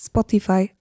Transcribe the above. Spotify